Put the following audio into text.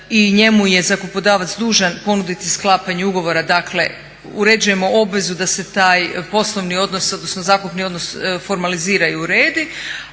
i njemu je zakupodavac dužan ponuditi sklapanje ugovora, dakle uređujemo obvezu da se taj poslovni odnos, odnosno zakupni odnos formalizira i uredi